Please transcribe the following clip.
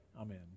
Amen